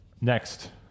Next